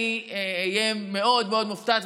אני אהיה מאוד מאוד מופתעת,